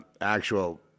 actual